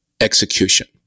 execution